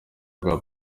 rwa